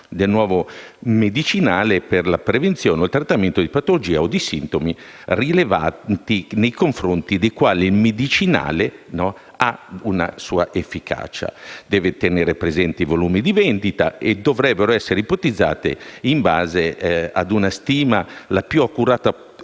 del nuovo medicinale per la prevenzione o il trattamento di patologie o di sintomi rilevanti nei confronti dei quali il medicinale ha una sua efficacia. Si devono tenere presenti i volumi di vendita, che dovrebbero essere ipotizzati in base ad una stima la più accurata possibile,